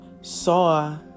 Saw